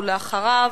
ואחריו,